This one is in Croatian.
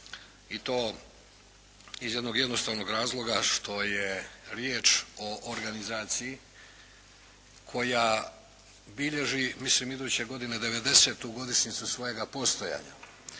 i to iz jednog jednostavnog razloga što je riječ o organizaciji koja bilježi mislim iduće godine 90 godišnjicu svojega postojanja